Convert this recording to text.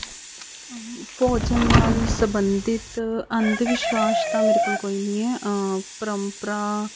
ਭੋਜਨ ਨਾਲ਼ ਸੰਬੰਧਿਤ ਅੰਧ ਵਿਸ਼ਵਾਸ਼ ਤਾਂ ਮੇਰੇ ਕੋਲ ਕੋਈ ਨਹੀਂ ਹੈ ਪਰੰਪਰਾ